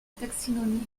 taxinomie